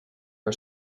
her